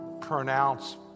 pronounce